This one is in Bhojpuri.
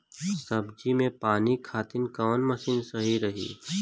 सब्जी में पानी खातिन कवन मशीन सही रही?